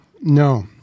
No